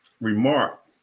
remark